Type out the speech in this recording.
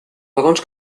vagons